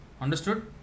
Understood